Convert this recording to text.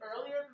earlier